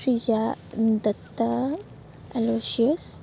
Srija Dutta আলৌছিয়াচ